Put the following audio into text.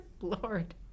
Lord